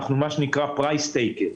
אנחנו מה שנקרא Price trackers.